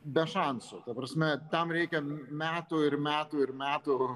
be šansų ta prasme tam reikia metų ir metų ir metų